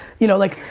you know like,